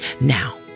now